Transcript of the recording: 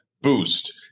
boost